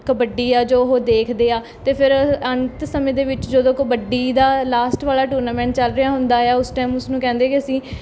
ਕਬੱਡੀ ਆ ਜੋ ਉਹ ਦੇਖਦੇ ਆ ਅਤੇ ਫਿਰ ਅੰਤ ਸਮੇਂ ਦੇ ਵਿੱਚ ਜਦੋਂ ਕਬੱਡੀ ਦਾ ਲਾਸਟ ਵਾਲਾ ਟੂਰਨਾਮੈਂਟ ਚੱਲ ਰਿਹਾ ਹੁੰਦਾ ਆ ਉਸ ਟਾਈਮ ਉਸ ਨੂੰ ਕਹਿੰਦੇ ਕਿ ਅਸੀਂ